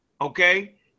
okay